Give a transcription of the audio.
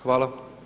Hvala.